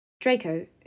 Draco